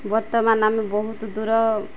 ବର୍ତ୍ତମାନ ଆମେ ବହୁତ ଦୂର